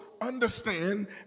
understand